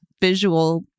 visual